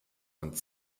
und